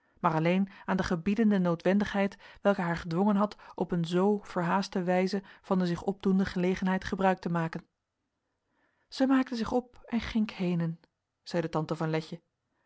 maar alleen aan de gebiedende noodwendigheid welke haar gedwongen had op een zoo verhaaste wijze van de zich opdoende gelegenheid gebruik te maken zij maakte zich op en ginck heenen zeide tante letje